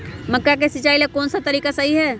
मक्का के सिचाई ला कौन सा तरीका सही है?